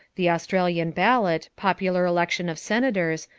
the australian ballot, popular election of senators,